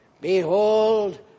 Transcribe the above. Behold